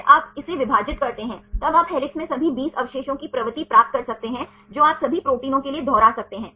फिर आप इसे इस से विभाजित करते हैं तब आप हेलिक्स में सभी 20 अवशेषों की प्रवृत्ति प्राप्त कर सकते हैं जो आप सभी प्रोटीनों के लिए दोहरा सकते हैं